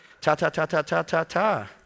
Ta-ta-ta-ta-ta-ta-ta